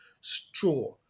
straw